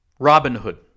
Robinhood